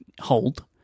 hold